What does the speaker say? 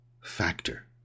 factor